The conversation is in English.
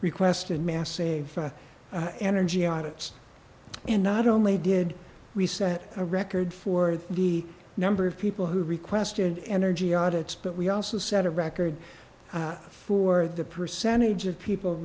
request in mass save energy audits and not only did we set a record for the number of people who requested energy audits but we also set a record for the percentage of people